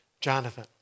Jonathan